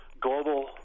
global